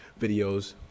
videos